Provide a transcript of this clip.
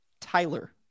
Tyler